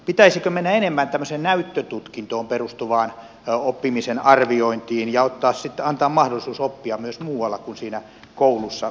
pitäisikö mennä enemmän tämmöiseen näyttötutkintoon perustuvaan oppimisen arviointiin ja antaa mahdollisuus oppia myös muualla kuin fyysisesti siinä koulussa